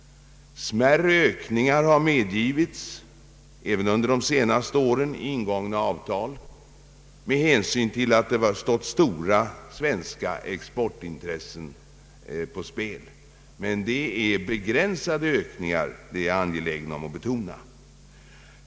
Smärre Öökningar har medgivits, även under de senaste åren, i ingångna avtal med hänsyn till att det har stått stora svenska exportintressen på spel. Men jag är angelägen att betona att det är fråga om begränsade ökningar.